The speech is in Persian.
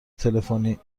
تلفنی